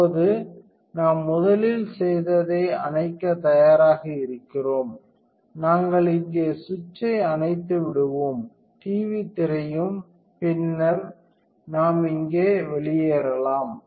இப்போது நாம் முதலில் செய்ததை அணைக்கத் தயாராக இருக்கிறோம் நாங்கள் இங்கே சுவிட்சை அணைத்துவிடுவோம் டிவி திரையும் பின்னர் நாம் இங்கே வெளியேறலாம்